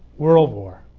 world war,